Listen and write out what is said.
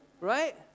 right